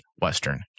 Western